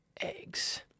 eggs